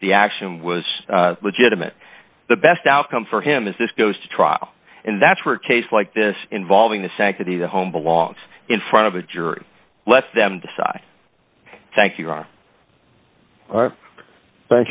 the action was legitimate the best outcome for him is this goes to trial and that's were cases like this involving the sanctity of the home belongs in front of a jury let them decide thank you ron thank